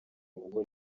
gukora